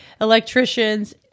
electricians